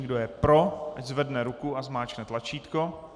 Kdo je pro, ať zvedne ruku a zmáčkne tlačítko.